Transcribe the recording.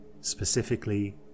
specifically